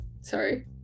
Sorry